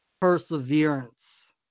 perseverance